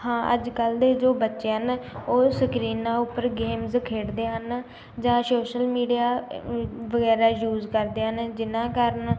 ਹਾਂ ਅੱਜ ਕੱਲ੍ਹ ਦੇ ਜੋ ਬੱਚੇ ਹਨ ਉਹ ਸਕਰੀਨਾਂ ਉੱਪਰ ਗੇਮਸ ਖੇਡਦੇ ਹਨ ਜਾਂ ਸੋਸ਼ਲ ਮੀਡੀਆ ਵਗੈਰਾ ਯੂਜ ਕਰਦੇ ਹਨ ਜਿਹਨਾਂ ਕਾਰਨ